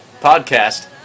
podcast